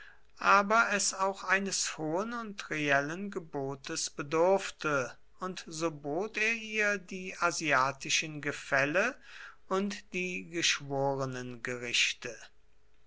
aber es auch eines hohen und reellen gebotes bedurfte und so bot er ihr die asiatischen gefälle und die